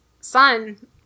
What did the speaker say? son